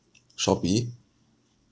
Shopee